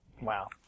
Wow